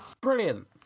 Brilliant